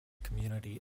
community